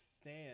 stand